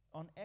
on